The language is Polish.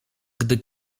gdy